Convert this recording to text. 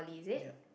ya